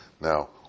Now